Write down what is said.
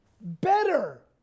better